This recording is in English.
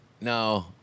No